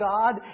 God